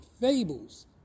fables